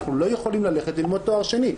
אנחנו לא יכולים ללכת ללמוד תואר שני.